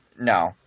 No